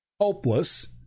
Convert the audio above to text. hopeless